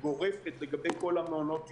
גורפת לגבי כל מעונות היום.